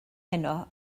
heno